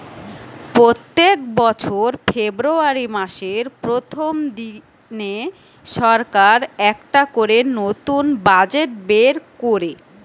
পোত্তেক বছর ফেব্রুয়ারী মাসের প্রথম দিনে সরকার একটা করে নতুন বাজেট বের কোরে